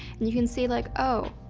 and you can see like, oh,